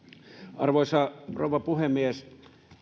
arvoisa rouva puhemies